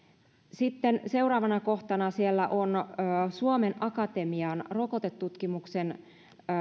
sitten seuraavana kohtana siellä on suomen akatemian rokotetutkimuksen